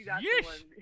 Yes